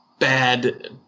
bad